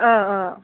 औ औ